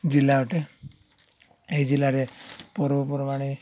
ଜିଲ୍ଲା ଅଟେ ଏହି ଜିଲ୍ଲାରେ ପର୍ବପର୍ବାଣି